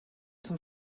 zum